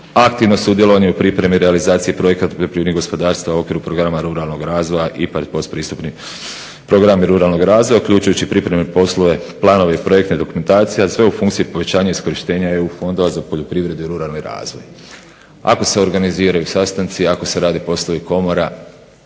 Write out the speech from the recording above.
aktivno sudjelovanje u pripremi i realizaciji projekata poljoprivrednih gospodarstava u okviru programa ruralnog razvoja IPARD postpristupni program ruralnog razvoja uključujući pripremne poslove planove i projektne dokumentacije a sve u funkciji povećanja iskorištenja EU fondova za poljoprivredu i ruralni razvoj. Ako se organiziraju sastanci, ako se rade poslovi komora,